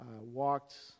walked